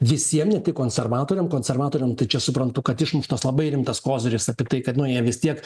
visiem ne tik konservatoriam konservatoriam tai čia suprantu kad išmuštas labai rimtas koziris apie tai kad nu jie vis tiek